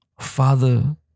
Father